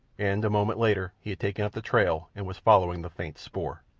and a moment later he had taken up the trail and was following the faint spoor.